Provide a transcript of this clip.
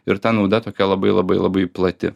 ir ta nauda tokia labai labai labai plati